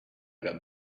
got